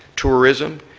tourism,